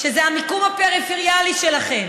שזה המיקום הפריפריאלי שלכם.